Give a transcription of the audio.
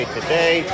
Today